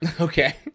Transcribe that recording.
Okay